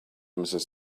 mrs